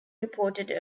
reported